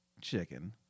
chicken